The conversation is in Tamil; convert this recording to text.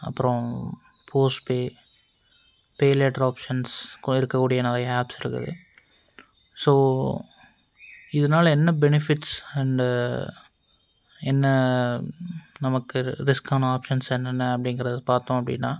அப்புறம் போஸ்பே பேலேட்டர் ஆப்சன்ஸ் இருக்கக்கூடிய நிறைய ஆப்ஸ் இருக்குது ஸோ இதனால என்ன பெனிஃபிட்ஸ் அண்டு என்ன நமக்கு ரிஸ்க்கான ஆப்ஸன்ஸ் என்னென்ன அப்படிங்கிறத பார்த்தோம் அப்படினா